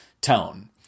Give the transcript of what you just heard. tone